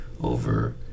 over